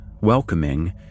welcoming